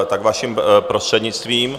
Ano, tak vaším prostřednictvím.